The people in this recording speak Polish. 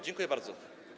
Dziękuję bardzo.